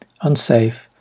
unsafe